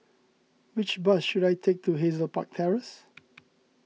which bus should I take to Hazel Park Terrace